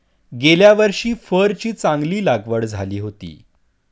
गेल्या वर्षी फरची चांगली लागवड झाली होती